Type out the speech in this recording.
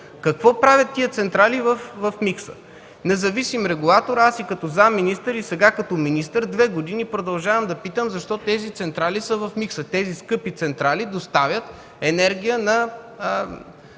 Какво правят тези централи в микса? Независим регулатор, аз и като заместник министър, и сега като министър две години продължавам да питам защо тези централи са в микса? Тези скъпи централи доставят енергия на